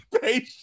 patient